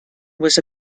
was